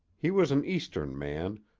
he was an eastern man,